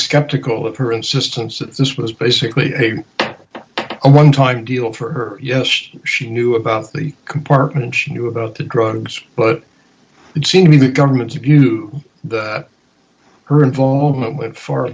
skeptical of her insistence that this was basically a one time deal for her yes she knew about the compartment she knew about the drugs but it seemed to the government to view her involvement with f